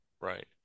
Right